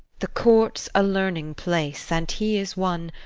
the court's a learning-place, and he is one